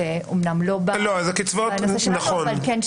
נכון.